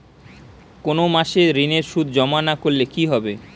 কোনো মাসে ঋণের সুদ জমা না করলে কি হবে?